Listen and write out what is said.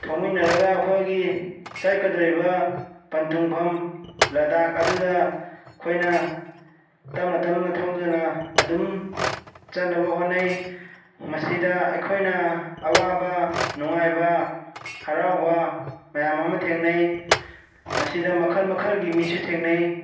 ꯊꯧꯃꯤꯟꯅꯔꯒ ꯑꯩꯈꯣꯏꯒꯤ ꯆꯠꯀꯗꯧꯔꯤꯕ ꯄꯟꯊꯨꯡꯐꯝ ꯂꯗꯥꯛ ꯑꯗꯨꯗ ꯑꯩꯈꯣꯏꯅ ꯇꯞꯅ ꯇꯞꯅ ꯊꯧꯗꯨꯅ ꯑꯗꯨꯝ ꯆꯠꯅꯕ ꯍꯣꯠꯅꯩ ꯃꯁꯤꯗ ꯑꯩꯈꯣꯏꯅ ꯑꯋꯥꯕ ꯅꯨꯡꯉꯥꯏꯕ ꯍꯔꯥꯎꯕ ꯃꯌꯥꯝ ꯑꯃ ꯊꯦꯡꯅꯩ ꯃꯁꯤꯗ ꯃꯈꯜ ꯃꯈꯜꯒꯤ ꯃꯤꯁꯨ ꯊꯦꯡꯅꯩ